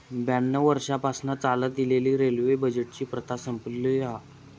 ब्याण्णव वर्षांपासना चालत इलेली रेल्वे बजेटची प्रथा संपवली हा